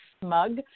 smug